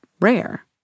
rare